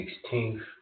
sixteenth